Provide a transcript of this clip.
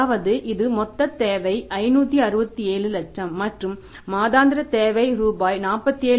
அதாவது இது மொத்தத் தேவை 567 லட்சம் மற்றும் மாதாந்திர தேவை ரூபாய் 47